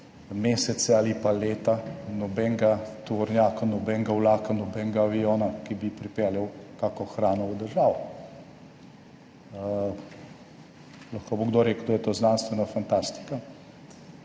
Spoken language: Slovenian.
mesece ali pa leta nobenega tovornjaka, nobenega vlaka, nobenega aviona, ki bi pripeljal kako hrano v državo. Lahko bo kdo rekel, da je to znanstvena fantastika,